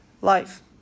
life